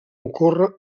ocorre